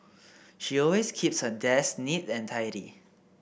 she always keeps her desk neat and tidy